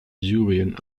syrien